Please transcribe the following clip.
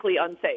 unsafe